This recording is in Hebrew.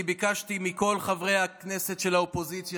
אני ביקשתי מכל חברי הכנסת של האופוזיציה